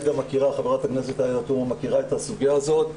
ח"כ עאידה תומא סלימאן מכירה את הסוגיה הזאת.